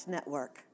Network